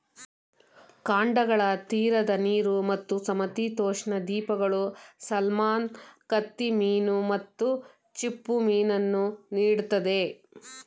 ಖಂಡಗಳ ತೀರದ ನೀರು ಮತ್ತು ಸಮಶೀತೋಷ್ಣ ದ್ವೀಪಗಳು ಸಾಲ್ಮನ್ ಕತ್ತಿಮೀನು ಮತ್ತು ಚಿಪ್ಪುಮೀನನ್ನು ನೀಡ್ತದೆ